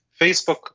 Facebook